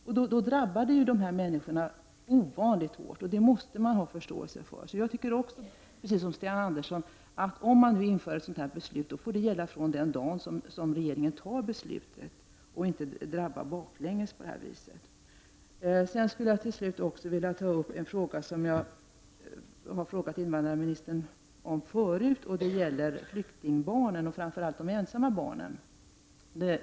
Detta drabbar dessa människor oerhört hårt. Detta måste man ha förståelse för. Jag anser därför, liksom Sten Andersson i Malmö, att om ett sådant beslut fattas måste det gälla fr.o.m. den dag regeringen fattar beslutet och inte gälla bakåt i tiden. Till slut skulle jag vilja ta upp en fråga som jag har ställt till invandrarministern tidigare, nämligen om flyktingbarnen och framför allt de ensamma flyktingbarnen.